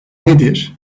nedir